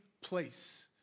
place